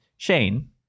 Shane